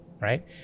right